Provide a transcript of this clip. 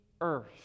earth